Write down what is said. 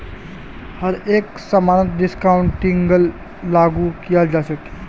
हर एक समानत डिस्काउंटिंगक लागू कियाल जा छ